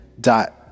dot